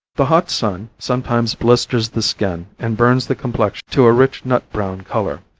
the hot sun sometimes blisters the skin and burns the complexion to a rich, nut-brown color,